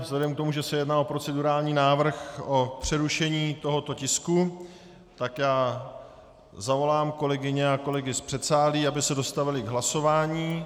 Vzhledem k tomu, že se jedná o procedurální návrh na přerušení tohoto tisku, tak zavolám kolegyně a kolegy z předsálí, aby se dostavili k hlasování.